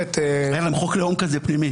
היה להם חוק לאום כזה, פנימי.